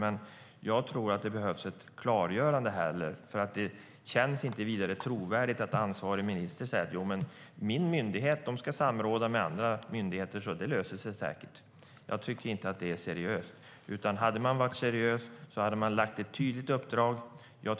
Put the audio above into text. Men jag tror att det behövs ett klargörande här. Det känns inte vidare trovärdigt att ansvarig minister säger att hennes myndighet ska samråda med andra myndigheter och att det då säkert löser sig. Jag tycker inte att det är seriöst. Hade man varit seriös hade man lämnat ett tydligt uppdrag.